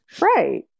Right